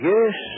Yes